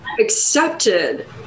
accepted